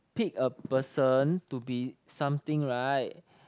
pick a person to be something right